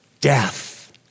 death